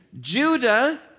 Judah